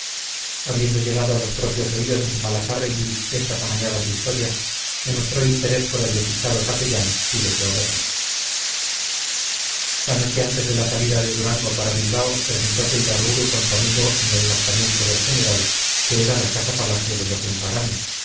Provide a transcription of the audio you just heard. habiendo llegado a los propios oídos de zumalacárregui estas amañadas historias demostró interés por el desdichado capellán y deseó verle la noche antes de la salida de durango para bilbao presentose ibarburu con su amigo en el alojamiento del general que era la casa palacio de los